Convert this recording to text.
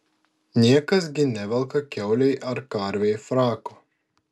niekas gi nevelka kiaulei ar karvei frako